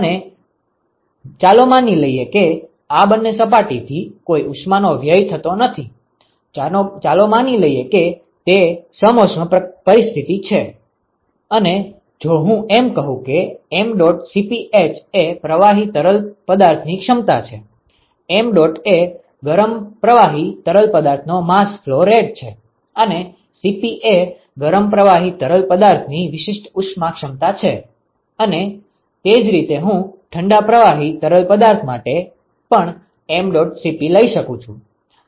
અને ચાલો માની લઈએ કે આ બંને સપાટીથી કોઈ ઉષ્માનો વ્યય થયો નથી ચાલો માની લઈએ કે તે એક સમોષ્મ પરિસ્થિતિ છે અને જો હું એમ કહું કે mdot Cp h એ પ્રવાહી તરલ પદાર્થની ક્ષમતા છે mdot એ ગરમ પ્રવાહી તરલ પદાર્થનો માસ ફ્લો રેટ છે અને Cp એ ગરમ પ્રવાહી તરલ પદાર્થની વિશિષ્ટ ઉષ્મા ક્ષમતા છે અને તે જ રીતે હું ઠંડા પ્રવાહી તરલ પદાર્થ માટે પણ mdot Cp લઇ શકું છું